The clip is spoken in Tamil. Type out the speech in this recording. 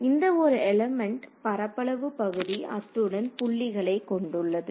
மாணவர் இந்த ஒரு எலிமெண்ட் பரப்பளவு பகுதி அத்துடன் புள்ளிகளை கொண்டுள்ளது